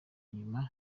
inyuma